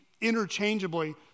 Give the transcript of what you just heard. interchangeably